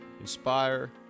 inspire